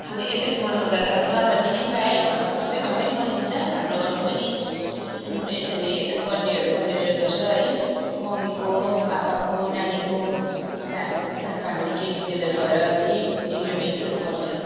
अब यसरी मनाउँदा त जन्मदिनै प्रायै घरमा सबै घरमै मनाइन्छ हाम्रो घरमा पनि यसरी बर्थडेहरू सेलिब्रेट गर्छ है मम्मीको पापाको नानीको अन्त हामी सबैजना फ्यामेली गेट टुगेदर भएर त्यही इन्जोयमेन्टहरू गर्छ